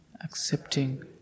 accepting